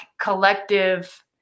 collective